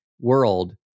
world